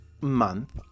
month